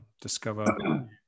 discover